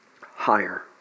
Higher